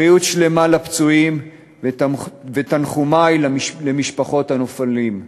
בריאות שלמה ותנחומי למשפחות הנופלים.